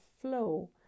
flow